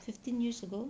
fifteen years ago